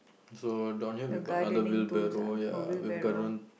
so down here we've got another wheelbarrow ya we've gotten